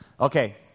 Okay